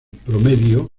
promedio